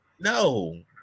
no